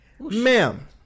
Ma'am